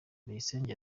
bayisenge